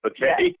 Okay